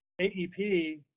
AEP